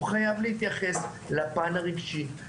הוא חייב להתייחס לפן הרגשי,